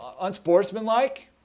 unsportsmanlike